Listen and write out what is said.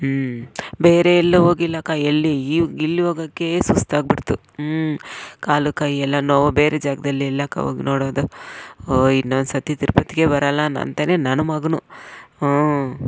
ಹ್ಞೂ ಬೇರೆ ಎಲ್ಲೂ ಹೋಗಿಲ್ಲಕ್ಕ ಎಲ್ಲಿ ಇಲ್ಲಿ ಇಲ್ಲಿಗೋಗೋಕ್ಕೆ ಸುಸ್ತಾಗ್ಬಿಡ್ತು ಹ್ಞೂ ಕಾಲು ಕೈ ಎಲ್ಲ ನೋವು ಬೇರೆ ಜಾಗ್ದಲ್ಲಿ ಎಲ್ಲಕ್ಕ ಹೋಗಿ ನೋಡೋದು ಓ ಇನ್ನೊಂದ್ಸರ್ತಿ ತಿರುಪತಿಗೆ ಬರಲ್ಲ ಅಂತಲೇ ನನ್ಮಗನೂ ಹ್ಞೂ